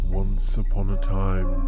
once-upon-a-time